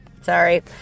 sorry